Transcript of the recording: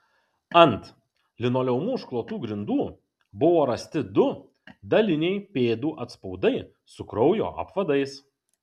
ant linoleumu užklotų grindų buvo rasti du daliniai pėdų atspaudai su kraujo apvadais